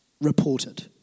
reported